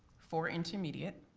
four intermediate,